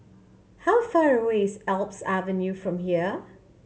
how far away is Alps Avenue from here